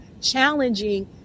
challenging